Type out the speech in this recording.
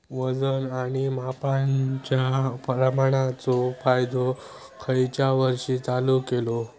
वजन आणि मापांच्या प्रमाणाचो कायदो खयच्या वर्षी चालू केलो?